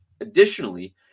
additionally